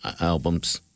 albums